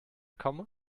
komme